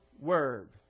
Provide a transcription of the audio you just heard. Word